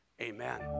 amen